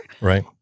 Right